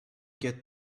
get